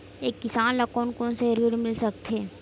एक किसान ल कोन कोन से ऋण मिल सकथे?